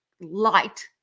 light